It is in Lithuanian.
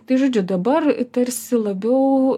tai žodžiu dabar tarsi labiau